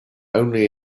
only